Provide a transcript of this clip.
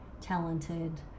talented